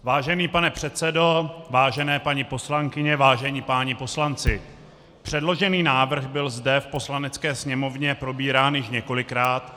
Vážený pane předsedo, vážené paní poslankyně, vážení páni poslanci, předložený návrh byl zde v Poslanecké sněmovně probírán již několikrát.